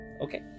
Okay